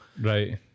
Right